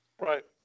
Right